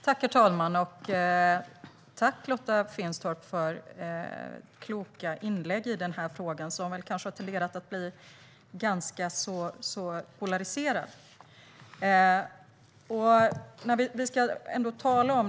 Herr talman! Tack, Lotta Finstorp, för kloka inlägg i den här frågan, som har tenderat att bli ganska polariserad!